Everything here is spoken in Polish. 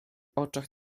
oczach